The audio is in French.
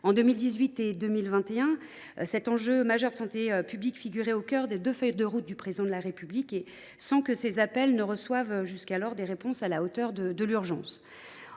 En 2018 et 2021, cet enjeu majeur de santé publique figurait au cœur de deux feuilles de route du Président de la République sans que ces appels reçoivent de réponses à la hauteur de l’urgence.